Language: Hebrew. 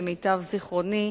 למיטב זיכרוני,